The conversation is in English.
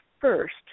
first